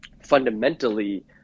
fundamentally